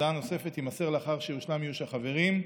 הודעה נוספת תימסר לאחר שיושלם איוש החברים.